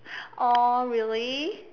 !aww! really